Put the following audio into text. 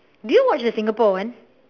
do you watch the singapore one